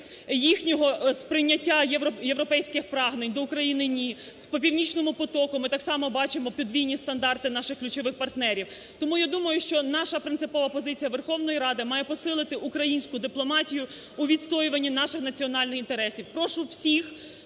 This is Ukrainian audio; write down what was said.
їхнього сприйняття європейських прагнень, до України – ні; по "Північному потоку" ми так само бачимо подвійні стандарти наших ключових партнерів. Тому я думаю, що наша принципова позиція Верховної Ради має посилити українську дипломатію у відстоюванні наших національних інтересів. Прошу всіх